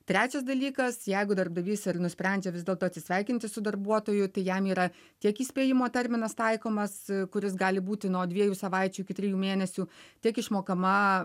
trečias dalykas jeigu darbdavys ir nusprendžia vis dėlto atsisveikinti su darbuotoju tai jam yra tiek įspėjimo terminas taikomas kuris gali būti nuo dviejų savaičių iki trijų mėnesių tiek išmokama